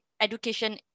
education